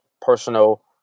personal